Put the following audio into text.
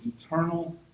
eternal